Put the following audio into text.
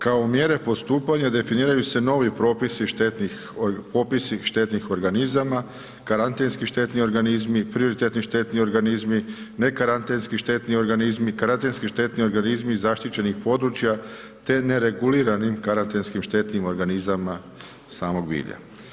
Kao mjere postupanja definiraju se novi propisi štetnih, opisi štetnih organizama, karantenski štetni organizmi, prioritetni štetni organizmi, ne karantenski štetni organizmi, karantenski štetni organizmi zaštićenih područja te ne reguliranim karantenskim štetnim organizmima samog bilja.